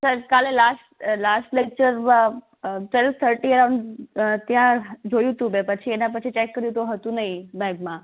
sir કાલે last last lecture twelve thirty around ત્યાં જોયું હતું મેં પછી એના પછી મેં જોયું તો હતું નહીં બેગમાં